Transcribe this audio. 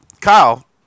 Kyle